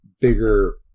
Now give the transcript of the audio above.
bigger